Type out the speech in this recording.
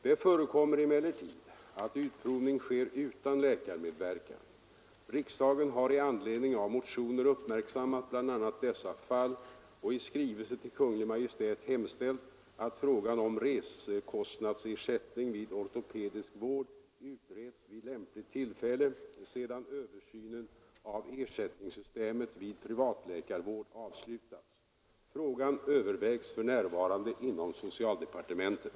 Det förekommer emellertid att utprovningen sker utan läkarmedverkan. Riksdagen har i anledning av motioner uppmärksammat bl.a. dessa fall och i skrivelse till Kungl. Maj:t hemställt att frågan om resekostnadsersättning vid ortopedisk vård utreds vid lämpligt tillfälle sedan översynen av ersättningssystemet vid privatläkarvård avslutats. Frågan övervägs för närvarande inom socialdepartementet.